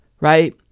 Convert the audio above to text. right